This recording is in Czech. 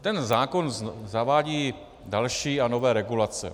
Ten zákon zavádí další a nové regulace.